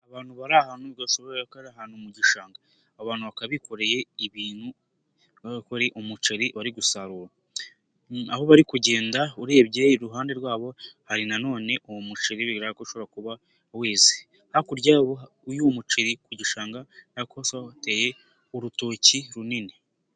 Abantu bari ahantu bashobora kuba bari ahantu mu gishanga. Abantu bakaba bikoreye ibintu bigaragara ko ari umuceri bari gusarura. Aho bari kugenda urebye iruhande rwabo hari nanone uwo muceri ushobora kuba weze. Hakurya yuwo muceri ku gishanga hateye urutoki runini.